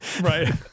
Right